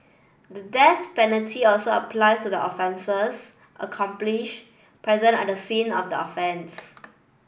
the death penalty also applies to the offender's accomplish present at the scene of the offence